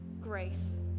grace